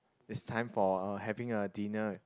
it's time for uh having a dinner